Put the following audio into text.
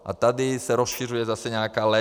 A tady se rozšiřuje zase nějaká lež.